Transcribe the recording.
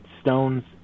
stones